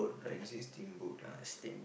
can say steamboat lah